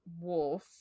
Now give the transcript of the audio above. wolf